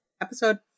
episode